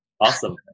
Awesome